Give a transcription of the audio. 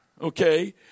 Okay